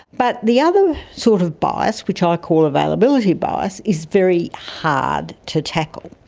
but the other sort of bias, which i call, availability bias is very hard to tackle.